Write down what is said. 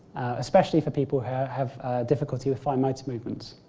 especially for people who have difficulty with fine motor movements.